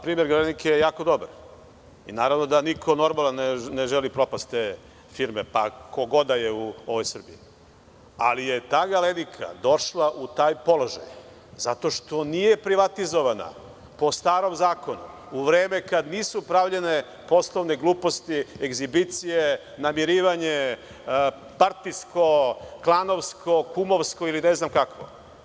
Primer „Galenike“ je jako dobar i naravno da niko normalan ne želi propast te firme, pa ko god da je u ovoj Srbiji, ali je ta „Galenika“ došla u taj položaj zato što nije privatizovana po starom zakonu, u vreme kada nisu pravljene poslovne gluposti, egzibicije, namirivanje partijsko, klanovsko, kumovsko ili ne znam kako.